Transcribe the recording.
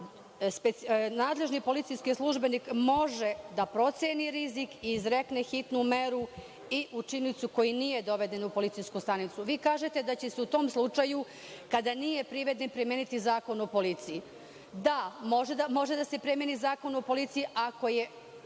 – nadležni policijski službenik može da proceni rizik i izrekne hitnu meru i učiniocu koji nije doveden u policijsku stanicu. Vi kažete da će se u tom slučaju, kada nije priveden, primeniti Zakon o policiji. Da, može da se primeni Zakon o policiji ako je